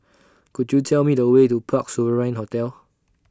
Could YOU Tell Me The Way to Parc Sovereign Hotel